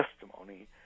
testimony